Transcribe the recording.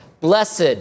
blessed